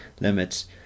limits